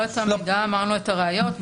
לא את המידע, אמרנו את הראיות.